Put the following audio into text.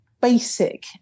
basic